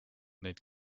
neid